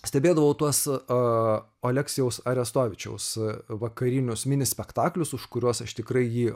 stebėdavau tuos a oleksijaus arestovyčiaus vakarinius mini spektaklius už kuriuos aš tikrai jį